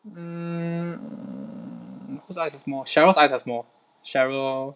mm whose eyes are small cheryl eyes are small cheryl